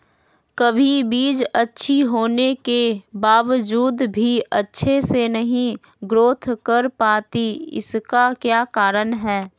कभी बीज अच्छी होने के बावजूद भी अच्छे से नहीं ग्रोथ कर पाती इसका क्या कारण है?